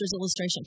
illustration